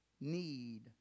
need